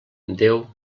déu